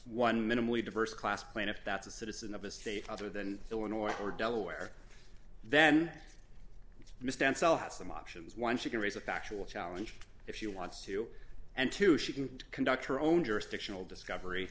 one minimally diverse class plaintiff that's a citizen of a state other than illinois or delaware then mr ansell had some options once you can raise a factual challenge if she wants to and to she can conduct her own jurisdictional discovery